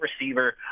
receiver